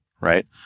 right